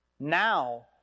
Now